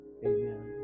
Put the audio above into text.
Amen